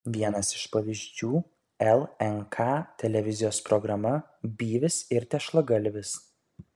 vienas iš pavyzdžių lnk televizijos programa byvis ir tešlagalvis